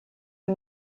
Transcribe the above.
wir